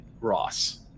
Ross